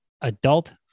adult